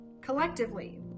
collectively